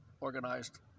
organized